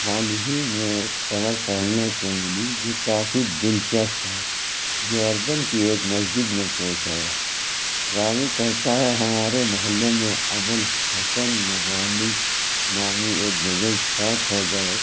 حال ہی میں ایک خبر پڑھنے کو ملی جو کافی دلچسپ ہے جو اَردن کی ایک مسجد میں پیش آیا راوی کہتا ہے ہمارے محلے میں ابو الحسن نوانی نامی ایک بزرگ فوت ہو گئے